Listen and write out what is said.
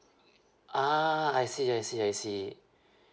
ah I see I see I see